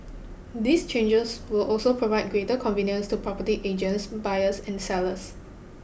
these changers will also provide greater convenience to property agents buyers and sellers